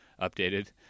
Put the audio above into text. updated